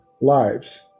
Lives